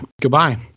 Goodbye